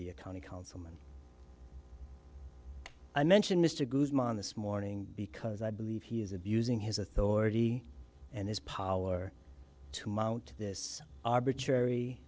be a county councilman i mentioned mr guzman this morning because i believe he is abusing his authority and his power to mount this arbitrary